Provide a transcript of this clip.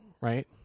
right